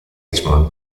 richmond